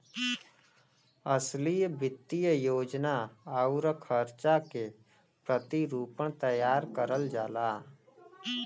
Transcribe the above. असली वित्तीय योजना आउर खर्चा के प्रतिरूपण तैयार करल जाला